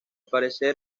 parecer